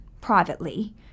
privately